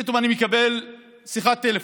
ופתאום אני מקבל שיחת טלפון.